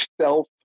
self